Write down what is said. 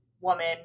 woman